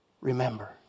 remember